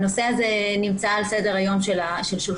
הנושא הזה נמצא על סדר היום של שולחן